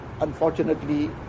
unfortunately